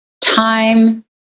time